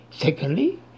Secondly